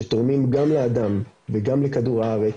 שתורמים גם לאדם וגם לכדור הארץ,